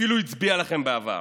אפילו הצביע לכם בעבר.